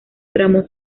tramos